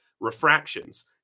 refractions